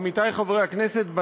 עמיתי חברי הכנסת,